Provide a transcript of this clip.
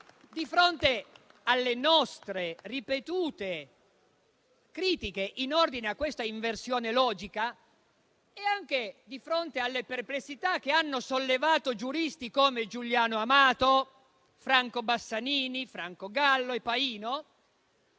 Di fronte alle nostre ripetute critiche in ordine a questa inversione logica e anche di fronte alle perplessità che hanno sollevato giuristi come Giuliano Amato, Franco Bassanini, Franco Gallo e Pajno,